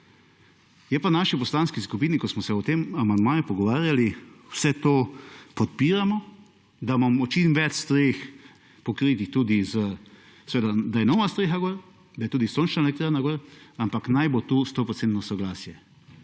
Je pa v naši poslanski skupini, ko smo se o tem amandmaju pogovarjali vse to podpiramo, da imamo čim več streh pokritih tudi z seveda, da je nova streha gor, da je tudi sončna elektrarna gor, ampak naj bo to 100 % soglasje.